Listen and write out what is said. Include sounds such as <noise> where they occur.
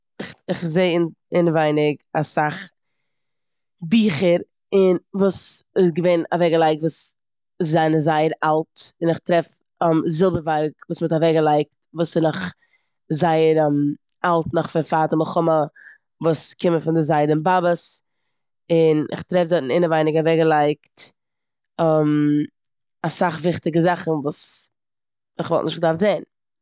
איך כ'זע אינעווייניג אסאך ביכער און וואס איז געווען אוועקגעלייגט וואס זענען זייער אלט און כ'טרעף <hesitation> זילבערווארג וואס מ'האט אוועקגעלייגט וואס איז נאך זייער אלט <hesitation> נאך פון פאר די מלחמה ווואס קומען פון די זיידע באבעס. און איך טרעף דארטן אינעווייניג אוועקגעלייגט <hesitation> אסאך וויכטיגע זאכן וואס כ'וואלט נישט געדארפט זען.